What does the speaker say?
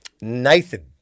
Nathan